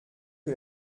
que